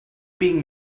being